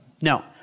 No